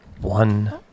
one